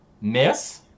Miss